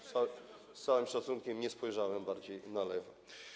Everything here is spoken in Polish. Z całym szacunkiem, nie spojrzałem bardziej na lewo.